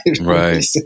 Right